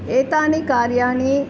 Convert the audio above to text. एतानि कार्याणि